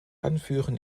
anführen